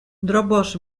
dropbox